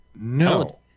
No